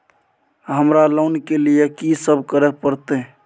हमरा लोन के लिए की सब करे परतै?